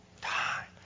time